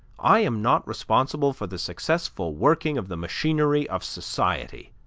i am not responsible for the successful working of the machinery of society.